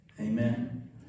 Amen